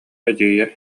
эдьиийэ